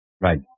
Right